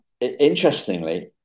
interestingly